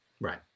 Right